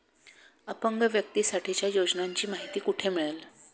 अपंग व्यक्तीसाठीच्या योजनांची माहिती कुठे मिळेल?